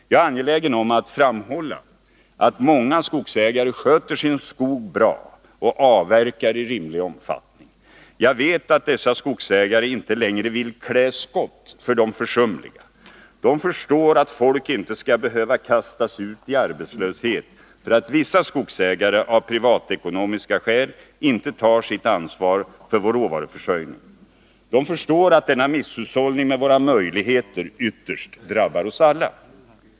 Jag är angelägen om att framhålla att många skogsägare sköter sin skog bra och avverkar i rimlig omfattning. Jag vet att dessa skogsägare inte längre vill klä skott för de försumliga. De förstår att folk inte skall behöva kastas ut i arbetslöshet för att vissa skogsägare, av privatekonomiska skäl, inte tar sitt ansvar för vår råvaruförsörjning. De förstår att denna misshushållning med våra möjligheter ytterst drabbar oss alla.